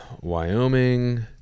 Wyoming